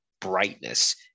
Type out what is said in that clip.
brightness